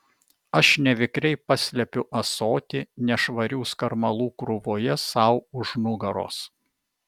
aš nevikriai paslepiu ąsotį nešvarių skarmalų krūvoje sau už nugaros